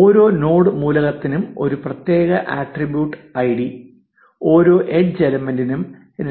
ഓരോ നോഡ് മൂലകത്തിനും ഒരു പ്രത്യേക ഐഡി ആട്രിബ്യൂട്ടു ഓരോ എഡ്ജ് എലമെന്റിനും